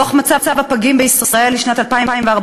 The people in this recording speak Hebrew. דוח מצב הפגים בישראל לשנת 2014,